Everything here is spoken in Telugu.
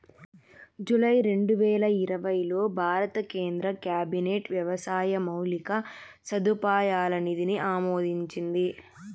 జూలై రెండువేల ఇరవైలో భారత కేంద్ర క్యాబినెట్ వ్యవసాయ మౌలిక సదుపాయాల నిధిని ఆమోదించింది